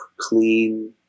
clean